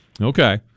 okay